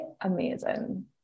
amazing